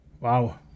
wow